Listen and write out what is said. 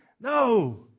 No